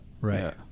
Right